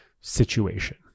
situation